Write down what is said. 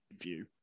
view